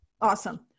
Awesome